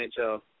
NHL